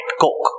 Coke